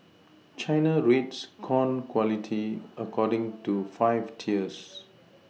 China rates corn quality according to five tiers